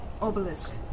obelisk